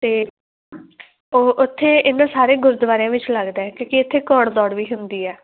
ਅਤੇ ਉੱਥੇ ਇਹਨਾਂ ਸਾਰੇ ਗੁਰਦੁਆਰਿਆਂ ਵਿੱਚ ਲੱਗਦਾ ਕਿਉਂਕਿ ਇੱਥੇ ਘੋੜ ਦੌੜ ਵੀ ਹੁੰਦੀ ਹੈ